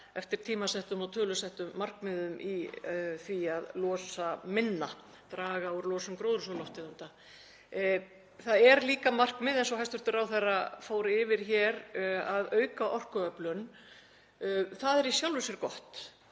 eftir tímasettum og tölusettum markmiðum í því að losa minna, draga úr losun gróðurhúsalofttegunda. Það er líka markmið, eins og hæstv. ráðherra fór yfir hér, að auka orkuöflun. Það er í sjálfu sér gott